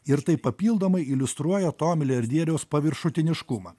ir tai papildomai iliustruoja to milijardieriaus paviršutiniškumą